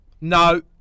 No